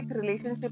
relationship